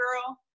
girl